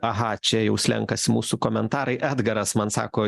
aha čia jau slenkasi mūsų komentarai edgaras man sako